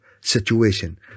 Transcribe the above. situation